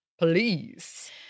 please—